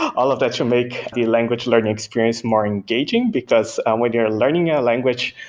all of that you make the language learning experience more engaging because um when you're learning a language,